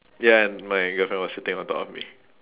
ya and my girlfriend was sitting on top of me